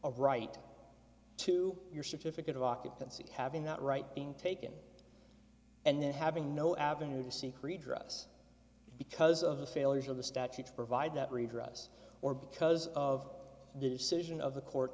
a right to your certificate of occupancy having that right being taken and then having no avenue to seek redress because of the failures of the statute to provide that redress or because of the decision of the court